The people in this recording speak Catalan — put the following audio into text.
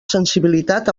sensibilitat